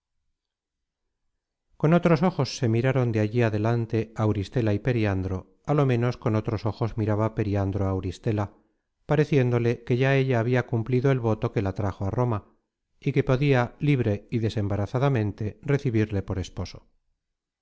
con otros ojos se miraron de allí adelante auristela y periandro á lo menos con otros ojos miraba periandro á auristela pareciéndole que ya ella habia cumplido el voto que la trajo á roma y que podia libre y desembarazadamente recibirle por esposo